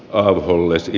rahallisesti